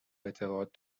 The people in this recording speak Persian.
اعتقاد